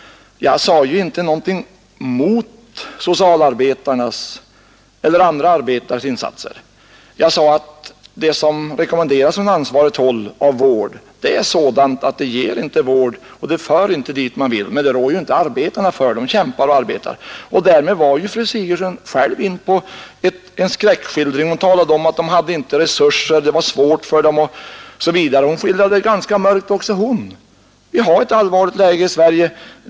Jag sade inte något nedsättande om socialarbetarna eller andra arbetares insatser; jag sade att den form av vård som rekommenderas från ansvarigt håll är sådan att den inte för till målet — men det rår ju inte arbetarna för. De kämpar och arbetar vidare. Sedan gjorde sig fru Sigurdsen själv skyldig till en skräckskildring, när hon talade om att socialarbetarna inte hade tillräckliga resurser, att de hade det svårt i sitt arbete. Också fru Sigurdsen skildrade läget ganska mörkt.